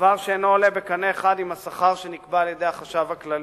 דבר שאינו עולה בקנה אחד עם השכר שנקבע על-ידי החשב הכללי.